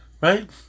right